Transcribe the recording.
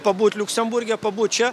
pabūt liuksemburge pabūt čia